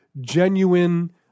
genuine